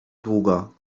długo